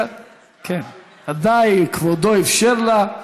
אפשרתי לה.